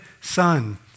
son